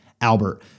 Albert